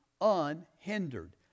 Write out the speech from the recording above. unhindered